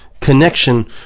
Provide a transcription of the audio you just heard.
connection